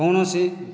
କୌଣସି